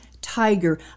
Tiger